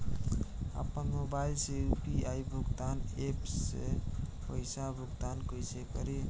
आपन मोबाइल से यू.पी.आई भुगतान ऐपसे पईसा भुगतान कइसे करि?